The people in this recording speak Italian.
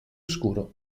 scuro